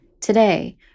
Today